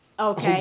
Okay